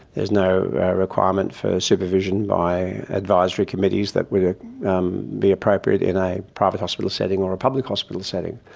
is no requirement for supervision by advisory committees that would ah um be appropriate in a private hospital setting or a public hospital setting.